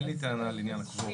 אין לי טענה לעניין הקוורום,